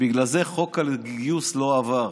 ובגלל זה חוק הגיוס לא עבר.